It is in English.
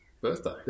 birthday